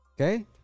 okay